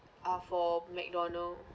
uh for McDonald's